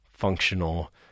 Functional